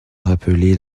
rappelait